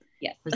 Yes